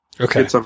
Okay